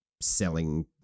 selling